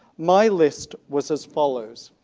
my list was as follows